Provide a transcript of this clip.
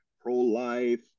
pro-life